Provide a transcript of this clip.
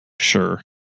Sure